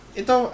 ito